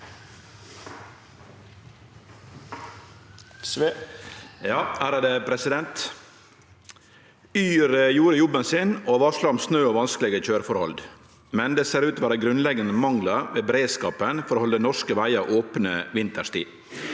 (FrP) «Yr gjorde jobb- en sin og varslet om snø og vanskelige kjøreforhold, men det ser ut til å være grunnleggende mangler ved beredskapen for å holde norske veier åpne vinterstid.